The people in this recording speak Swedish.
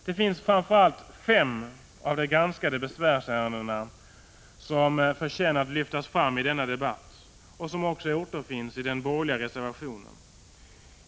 Det finns framför allt fem besvärsärenden bland dem som har granskats som förtjänar att lyftas fram i denna debatt och som också återfinns i den borgerliga reservationen.